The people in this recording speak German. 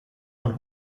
man